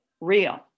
real